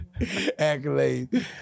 accolades